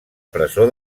presó